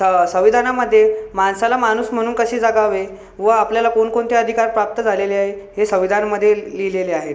स संविधानामध्ये माणसाला माणूस म्हणून कसे जगावे व आपल्याला कोणकोणते अधिकार प्राप्त झालेले आहेत हे संविधानमध्ये लिहिलेले आहेत